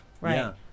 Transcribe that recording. Right